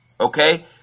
okay